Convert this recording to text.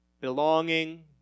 belonging